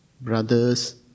brothers